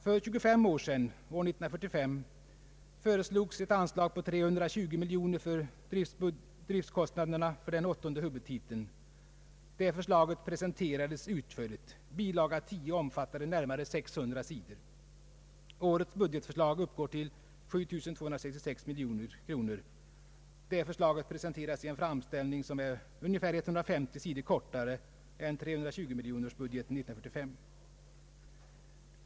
För 25 år sedan — år 1945 — äskades ett anslag på 320 miljoner kronor för driftkostnader under åttonde huvudtiteln. Det förslaget presenterades utförligt; bilaga 10 omfattade närmare 600 sidor. Årets budgetförslag uppgår till 7266 miljoner kronor. Det förslaget presenteras i en framställning, som är ungefär 150 sidor kortare än 320-miljonerkronorsbudgeten år 1943.